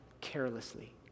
carelessly